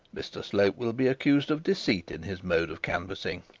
mr slope will be accused of deceit in his mode of canvassing.